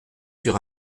sur